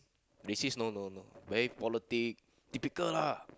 racist no no no very politic typical lah